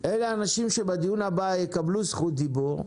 אלה האנשים שבדיון הבא יקבלו זכות דיבור.